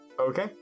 Okay